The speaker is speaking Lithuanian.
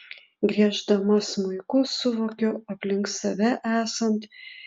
grieždama smuiku suvokiu aplink save esant